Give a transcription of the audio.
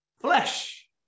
Flesh